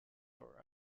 for